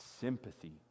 sympathy